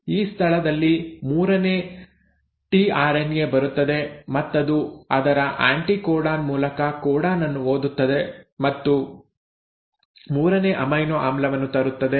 ಈ ಸ್ಥಳನಲ್ಲಿ ಮೂರನೇ ಟಿಆರ್ಎನ್ಎ ಬರುತ್ತದೆ ಮತ್ತದು ಅದರ ಆ್ಯಂಟಿಕೋಡಾನ್ ಮೂಲಕ ಕೋಡಾನ್ ಅನ್ನು ಓದುತ್ತದೆ ಮತ್ತು ಮೂರನೇ ಅಮೈನೊ ಆಮ್ಲವನ್ನು ತರುತ್ತದೆ